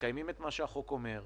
מקיימים את מה שהחוק אומר,